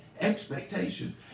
expectation